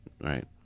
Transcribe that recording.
Right